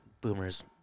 boomers